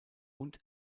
und